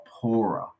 poorer